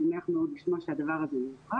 שמח מאוד לשמוע שהדבר הזה הוכח,